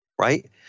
right